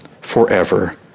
forever